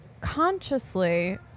consciously